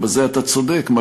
ובזה אתה צודק,